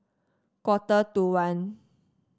quarter to one